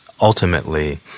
ultimately